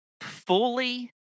fully